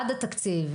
עד התקציב,